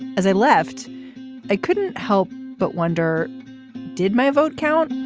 as i left i couldn't help but wonder did my vote count.